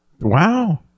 Wow